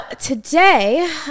today